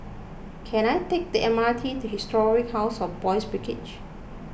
can I take the M R T to Historic House of Boys' Brigade